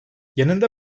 yanında